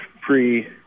pre